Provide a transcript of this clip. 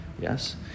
Yes